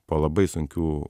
po labai sunkių